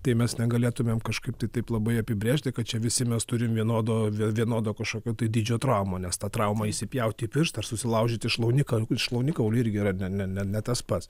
tai mes negalėtumėm kažkaip tai taip labai apibrėžti kad čia visi mes turime vienodo vienodo kažkokio tai dydžio traumų nes tą traumą įsipjauti pirštą ar susilaužyti šlaunikaulį šlaunikaulį ir gera ne tas pats